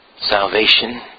Salvation